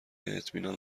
اطمینان